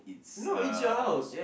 no it's your house